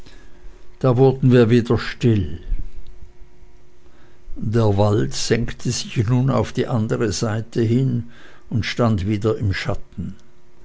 da wurden wir wieder still der wald senkte sich nun auf die andere seite hin und stand wieder im schatten